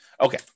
Okay